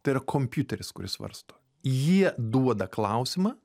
tai yra kompiuteris kuris svarsto jie duoda klausimą